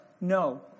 No